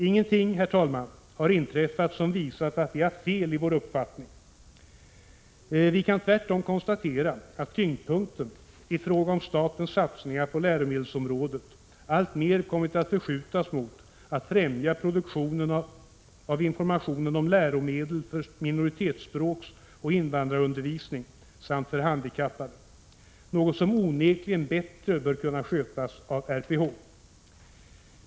Ingenting, herr talman, har inträffat som visat att vi haft fel i vår uppfattning. Vi kan tvärtom konstatera att tyngdpunkten i fråga om statens satsningar på läromedelsområdet alltmer kommit att förskjutas mot att främja produktionen av information om läromedel för minoritetsspråksoch invandrarundervisning samt för handikappade, något som onekligen bättre bör kunna skötas av RPH.